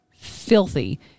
filthy